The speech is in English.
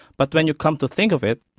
but when you come to think of it,